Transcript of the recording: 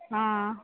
ஆ